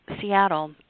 Seattle